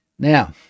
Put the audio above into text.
Now